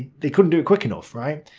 they couldn't do it quick enough, right.